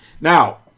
Now